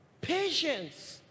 Patience